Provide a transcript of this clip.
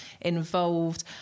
involved